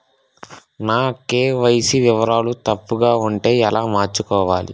నా కే.వై.సీ వివరాలు తప్పుగా ఉంటే ఎలా మార్చుకోవాలి?